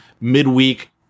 midweek